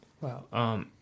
Wow